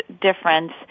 difference